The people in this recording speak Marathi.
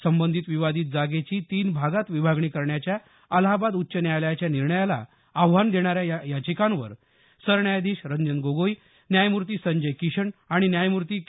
संबंधित विवादित जागेची तीन भागात विभागणी करण्याच्या अलाहाबाद उच्च न्यायालयाच्या निर्णयाला आव्हान देणाऱ्या या याचिकांवर सरन्यायाधीश रंजन गोगोई न्यायमूर्ती संजय किशन आणि न्यायमूर्ती के